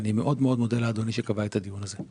אני מאוד מאוד מודה לאדוני שקבע את הדיון הזה.